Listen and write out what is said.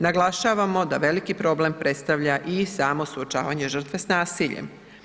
Naglašavamo da veliki problem predstavlja i samo suočavanje žrtve s nasiljem.